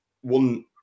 one